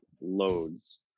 Loads